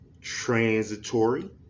transitory